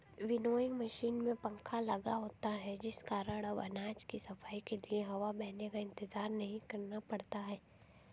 winnowing machine में पंखा लगा होता है जिस कारण अब अनाज की सफाई के लिए हवा बहने का इंतजार नहीं करना पड़ता है